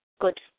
good